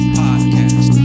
podcast